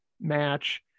match